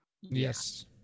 yes